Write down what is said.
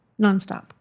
nonstop